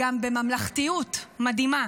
במסירות נפש וגם בממלכתיות מדהימה.